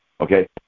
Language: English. Okay